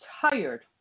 tired